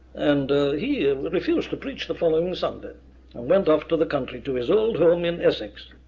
and he ah refused to preach the following sunday. and went off to the country to his old home in essex.